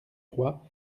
trois